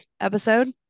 episode